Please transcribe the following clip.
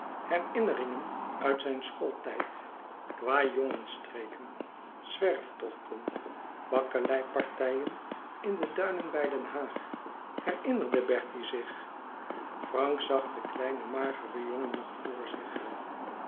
herinneringen uit zijn schooltijd kwâjongensstreken zwerftochten bakkeleipartijen in de duinen bij den haag herinnerde bertie zich frank zag den kleinen mageren jongen nog voor zich